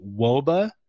WOBA